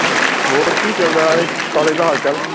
ਹੋਰ ਕੀ ਚਲਦਾ ਏ ਕੋਲਜ ਦਾ ਹਾਲ ਚਾਲ